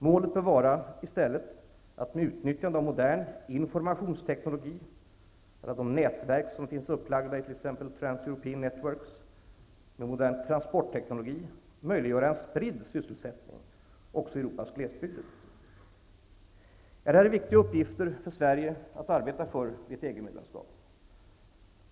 Målet bör i stället vara att med utnyttjande av modern informationsteknologi -- bl.a. de nätverk som finns upplagda i t.ex. Transeuropean Networks -- och modern transportteknologi möjliggöra en spridd sysselsättning, också i Detta är viktiga uppgifter för Sverige att arbeta för vid ett EG-medlemskap.